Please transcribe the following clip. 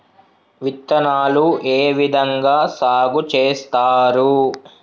విత్తనాలు ఏ విధంగా సాగు చేస్తారు?